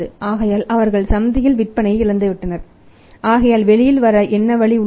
ஆகையால் அவர்கள் சந்தையில் விற்பனையை இழந்துவிட்டனர் ஆகையால் வெளியில் வர என்ன வழி உள்ளது